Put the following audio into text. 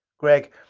gregg,